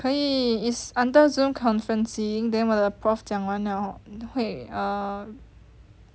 可以 is under Zoom conferencing then 我的 prof 讲完了会 err